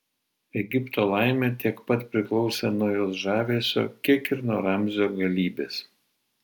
egipto laimė tiek pat priklausė nuo jos žavesio kiek ir nuo ramzio galybės